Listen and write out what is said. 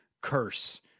curse